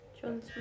John